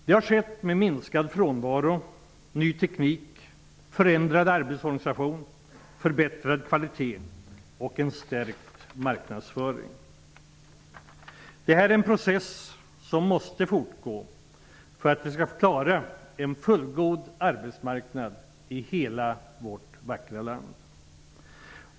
Det har skett med minskad frånvaro, ny teknik, förändrad arbetsorganisation, förbättrad kvalitet och en stärkt marknadsföring. Det här är en process som måste fortgå för att vi skall klara en fullgod arbetsmarknad i hela vårt vackra land.